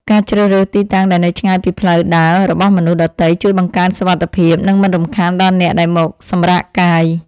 ការជ្រើសរើសទីតាំងដែលនៅឆ្ងាយពីផ្លូវដើររបស់មនុស្សដទៃជួយបង្កើនសុវត្ថិភាព និងមិនរំខានដល់អ្នកដែលមកសម្រាកកាយ។